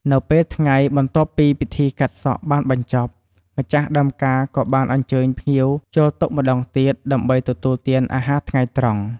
នៅពេលថ្ងៃ បន្ទាប់ពីពិធីកាត់សក់បានបញ្ចប់ ម្ចាស់ដើមការក៏បានអញ្ជើញភ្ញៀវចូលតុម្តងទៀតដើម្បីទទួលទានអាហារថ្ងៃត្រង់។